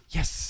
Yes